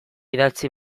idatzi